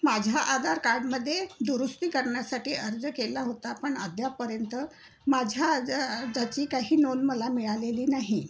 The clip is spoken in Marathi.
माझ्या आधार कार्डमध्ये दुरुस्ती करण्यासाठी अर्ज केला होता पण अध्यापपर्यंत माझ्या आज आजाची काही नोंद मला मिळालेली नाही